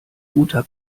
guter